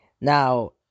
Now